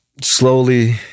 slowly